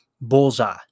bullseye